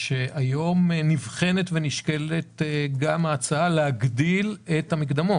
משרד הבריאות על כך שהיום נבחנת ונשקלת גם ההצעה להגדיל את המקדמות.